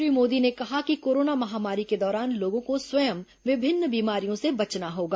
श्री मोदी ने कहा कि कोरोना महामारी के दौरान लोगों को स्वयं विभिन्न बीमारियों से बचना होगा